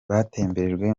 batemberejwe